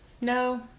no